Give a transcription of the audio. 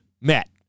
met